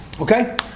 Okay